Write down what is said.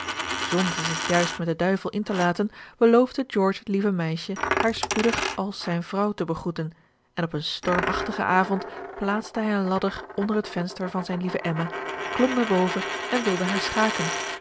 zonder zich juist met den duivel in te laten beloofde george het lieve meisje haar spoedig als zijne vrouw te begroeten en op een stormachtigen avond plaatste hij een ladder onder het venster van zijne lieve emma klom naar boven en wilde haar schaken